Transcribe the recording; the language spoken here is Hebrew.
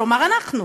כלומר אנחנו.